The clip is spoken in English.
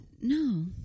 No